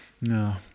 No